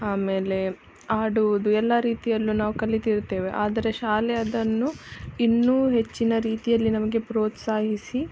ಆಮೇಲೆ ಆಡುವುದು ಎಲ್ಲಾ ರೀತಿಯಲ್ಲು ನಾವು ಕಲಿತಿರುತ್ತೇವೆ ಆದರೆ ಶಾಲೆ ಅದನ್ನು ಇನ್ನೂ ಹೆಚ್ಚಿನ ರೀತಿಯಲ್ಲಿ ನಮಗೆ ಪ್ರೋತ್ಸಾಹಿಸಿ